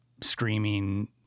screaming